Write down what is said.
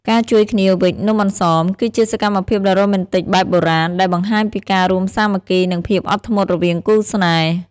ការជួយគ្នាវេច "នំអន្សម" គឺជាសកម្មភាពដ៏រ៉ូមែនទិកបែបបុរាណ ដែលបង្ហាញពីការរួមសាមគ្គី និងភាពអត់ធ្មត់រវាងគូស្នេហ៍។